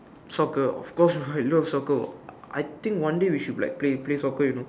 soccer of course lah I love soccer I think one day we should like play play soccer you know